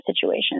situation